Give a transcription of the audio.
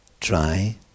try